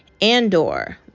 Andor